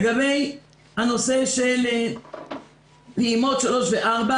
לגבי הנושא של פעימות שלוש וארבע